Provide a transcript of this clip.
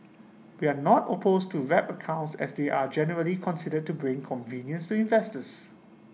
we are not opposed to wrap accounts as they are generally considered to bring convenience to investors